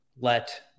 let